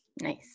Nice